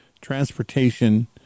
transportation